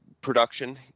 production